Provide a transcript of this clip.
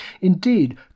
Indeed